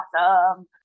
Awesome